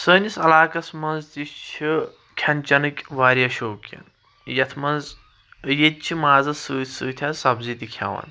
سٲنس علاقس منٛز تہِ چھِ کھؠن چؠنٕکۍ واریاہ شوقیٖن یَتھ منٛز ییٚتہِ چھِ مازس سۭتی سۭتی حظ سبزی تہِ کھؠوان